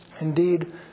Indeed